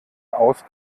aus